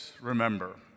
remember